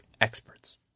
experts